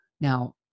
Now